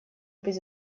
быть